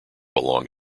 along